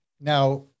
Now